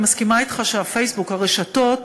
אני מסכימה אתך שהפייסבוק, הרשתות,